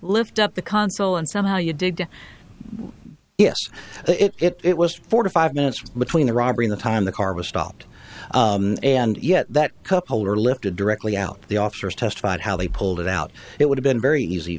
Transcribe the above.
lift up the console and somehow you did yes it was four to five minutes between the robbery the time the car was stopped and yet that cup holder lifted directly out the officers testified how they pulled it out it would have been very easy